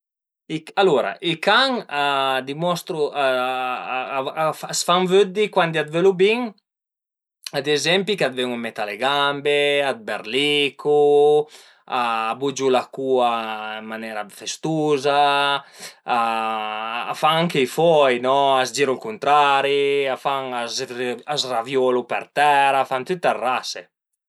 Alura i can a dimostru, a s'fan vëddi cuandi a të völu bin ad ezempi ch'a ven ën metà a le gambe e a të berlicu, a bugiu la cua ën manera festuza, a fan anche i foi no, a s'giru al cuntrari e a fan, a s'raviulu per tera, a fan dë tüte rase